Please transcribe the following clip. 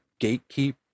gatekeep